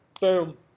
Boom